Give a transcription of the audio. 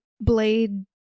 blade